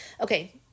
Okay